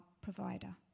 provider